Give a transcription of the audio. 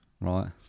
Right